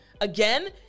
Again